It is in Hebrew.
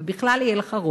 ובכלל יהיה לך רוב,